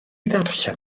ddarllen